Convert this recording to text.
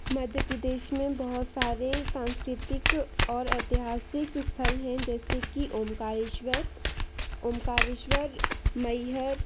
मध्यप्रदेश में बहुत सारे सांस्कृतिक और ऐतिहासिक स्थल हैं जैसे कि ओंकारेश्वर ओंकारेश्वर मैहर